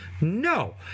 No